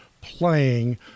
playing